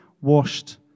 washed